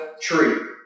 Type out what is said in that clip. tree